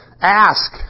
ask